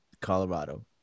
Colorado